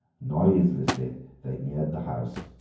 noiselessly they neared the house,